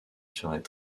serait